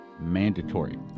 mandatory